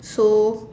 so